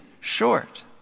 short